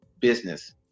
business